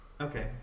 Okay